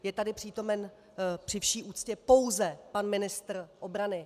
Je tady přítomen, při vší úctě, pouze pan ministr obrany.